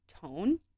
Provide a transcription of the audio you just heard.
tone